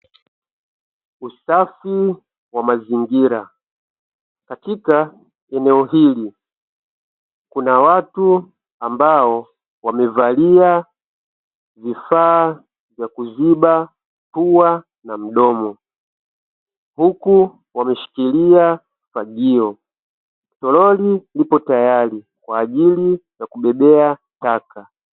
Usafi wa mazingira. Katika eneo hili kuna watu ambao wamevalia vifaa vya kuziba pua na mdomo huku wameshikilia fagio. Toroli liko tayari kwa ajili ya kubebea taka.